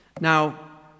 Now